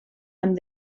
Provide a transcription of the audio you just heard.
amb